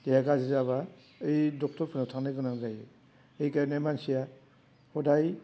देहा गाज्रि जाबा बै डक्टरफोरनाव थांनो गोनां जायो बिखायनो मानसिया हदाय